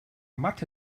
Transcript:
mathe